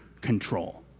control